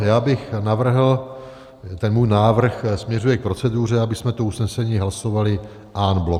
Já bych navrhl ten můj návrh směřuje k proceduře, abychom to usnesení hlasovali en bloc.